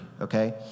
okay